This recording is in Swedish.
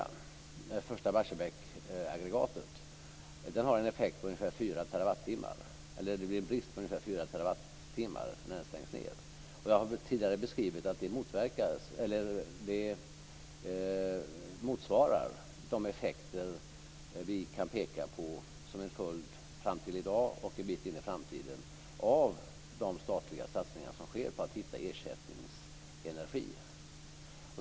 Det första Barsebäcksaggregatet har en effekt på ungefär 4 terawattimmar, eller rättare: det blir en brist på 4 terawattimmar när det stängs ned. Jag har tidigare beskrivit att det motsvarar de effekter vi kan peka på som en följd fram till i dag och en bit in i framtiden av de statliga satsningar som sker på att hitta ersättningsenergi.